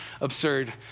absurd